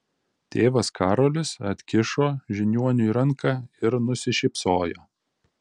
tėvas karolis atkišo žiniuoniui ranką ir nusišypsojo